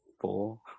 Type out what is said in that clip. four